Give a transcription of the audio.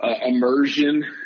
immersion